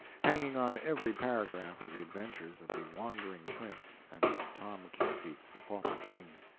hanging on every paragraph of the adventures of the wandering prince and tom canty, the pauper king,